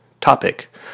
topic